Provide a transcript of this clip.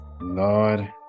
Lord